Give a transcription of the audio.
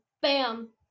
BAM